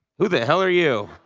who the hell are you?